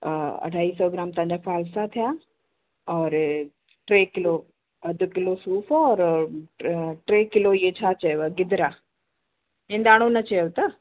हा अढाई सौ ग्राम तव्हांजा फ़ालसा थिया और टे किलो अधि किलो सूफ़ और टे किलो इहे छा चयव गिदरा हिंदाणो न चयो था